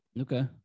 Okay